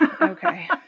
Okay